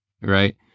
right